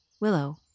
Willow